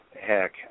heck